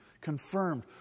Confirmed